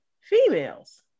females